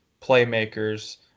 playmakers